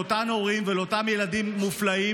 הורים וילדים מופלאים,